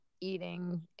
eating